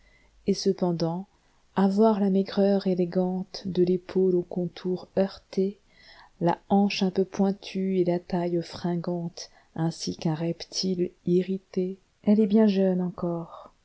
et cependant à voir la maigreur élégantede l'épaule au contour heurté la hanche un peu pointue et la taille fringanteainsi qu'un repaie irrité fleufts oc mal elle est bien jeune encor